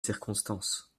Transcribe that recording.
circonstances